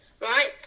right